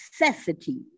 necessity